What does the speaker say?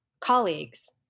colleagues